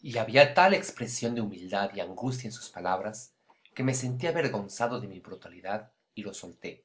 y había tal expresión de humildad y angustia en sus palabras que me sentí avergonzado de mi brutalidad y le solté